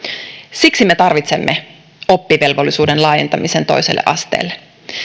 siksi me tarvitsemme oppivelvollisuuden laajentamisen toiselle asteelle